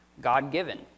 God-given